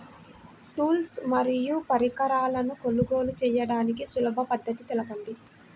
Tools మరియు పరికరాలను కొనుగోలు చేయడానికి సులభ పద్దతి తెలపండి?